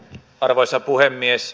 arvoisa puhemies